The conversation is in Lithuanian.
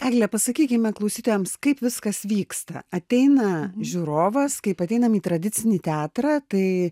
egle pasakykime klausytojams kaip viskas vyksta ateina žiūrovas kaip ateinam į tradicinį teatrą tai